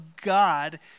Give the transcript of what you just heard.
God